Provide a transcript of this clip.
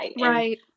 Right